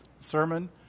sermon